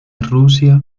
rusia